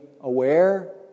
aware